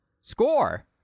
score